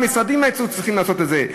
המשרדים היו צריכים לעשות את זה,